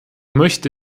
möchte